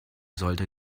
sollte